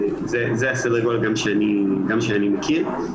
זה הסדר גודל שגם אני מכיר.